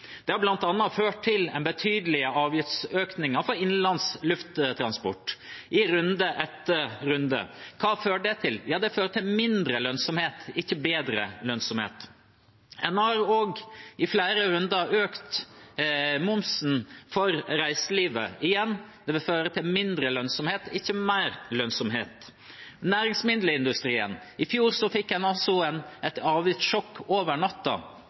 Det har bl.a. ført til betydelige avgiftsøkninger for innenlands lufttransport i runde etter runde. Hva fører det til? Jo, det fører til mindre lønnsomhet, ikke bedre lønnsomhet. En har i flere runder også økt momsen for reiselivet. Det vil igjen føre til mindre lønnsomhet, ikke mer lønnsomhet. Når det gjelder næringsmiddelindustrien, fikk en i fjor et avgiftssjokk over